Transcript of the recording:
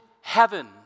heaven